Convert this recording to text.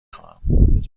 خواهم